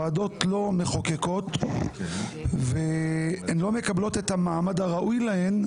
ועדות לא מחוקקות והן לא מקבלות את המעמד הראוי להן.